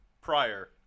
prior